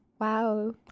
Wow